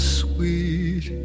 sweet